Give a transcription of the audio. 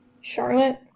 Charlotte